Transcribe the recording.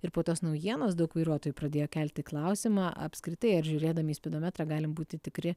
ir po tos naujienos daug vairuotojų pradėjo kelti klausimą apskritai ar žiūrėdami į spidometrą galim būti tikri